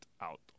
out